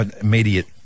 Immediate